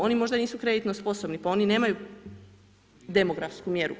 Oni možda nisu kreditno sposobni pa oni nemaju demografsku mjeru.